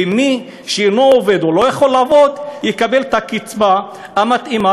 ומי שאינו עובד או לא יכול לעבוד יקבל את הקצבה המתאימה,